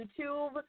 YouTube